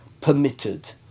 permitted